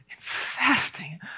fasting